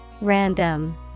Random